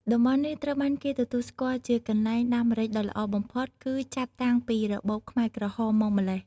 តំបន់នេះ ត្រូវបានគេទទួលស្គាល់ជា កន្លែងដាំម្រេចដ៏ល្អបំផុត គឺចាប់តាំងពីរបបខ្មែរក្រហមមកម្ល៉េះ។